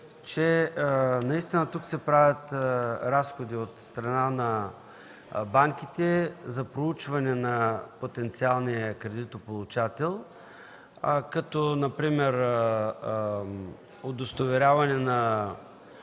че наистина тук се правят разходи от страна на банките за проучване на потенциалния кредитополучател, като например удостоверяване на